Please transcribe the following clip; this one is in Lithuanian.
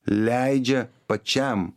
leidžia pačiam